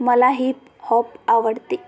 मला hip hop आवडते